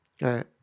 right